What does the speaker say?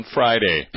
Friday